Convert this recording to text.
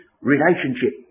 relationship